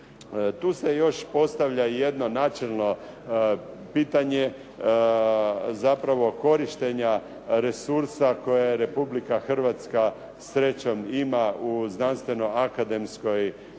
Tu se još postavlja jedno načelno pitanje, zapravo korištenja resursa koje Republika Hrvatska srećom ima u znanstveno-akademskoj